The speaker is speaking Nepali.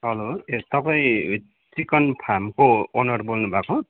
हेलो ए तपाईँ चिकन फार्मको ओनर बोल्नुभएको